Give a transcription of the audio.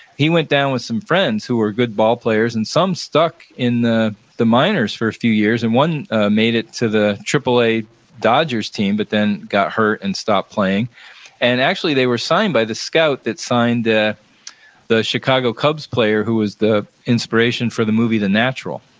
he went down with some friends who were good ballplayers, and some stuck in the the minors for a few years, and one made it to the triple-a dodger's team but then got hurt and stopped playing and actually, they were signed by the scout that signed the the chicago cubs player who was the inspiration for the movie the natural.